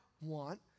want